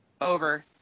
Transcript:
over